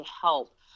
help